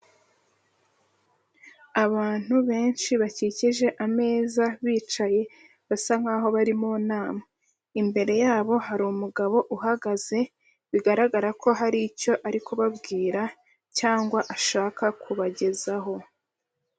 Abantu benshi bakikije ameza bicaye, basa nk'aho bari mu nama. Imbere yabo hari umugabo uhagaze, bigaragara ko hari icyo ari kubabwira, cyangwa ashaka kubagezaho.